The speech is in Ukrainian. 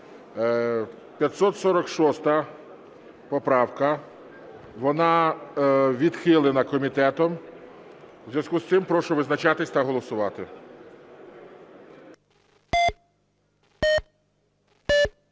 546 поправка. Вона відхилена комітетом. У зв'язку з цим прошу визначатись та голосувати.